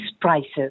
prices